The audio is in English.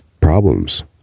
problems